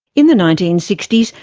in the nineteen sixty s,